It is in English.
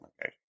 okay